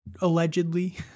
allegedly